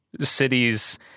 cities